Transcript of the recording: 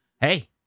hey